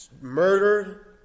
murder